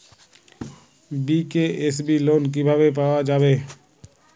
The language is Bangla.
বি.কে.এস.বি লোন কিভাবে পাওয়া যাবে?